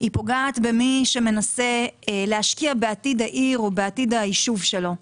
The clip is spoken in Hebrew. היא פוגעת במי שמנסה להשקיע בעתיד העיר או בעתיד היישוב שלו,